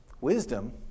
Wisdom